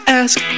ask